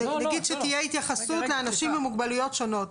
נגיד שתהיה התייחסות לאנשים עם מוגבלויות שונות.